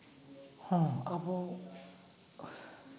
ᱦᱮᱸ ᱟᱵᱚ